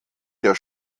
der